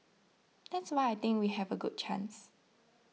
that's why I think we have a good chance